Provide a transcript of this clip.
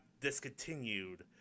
discontinued